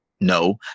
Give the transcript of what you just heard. No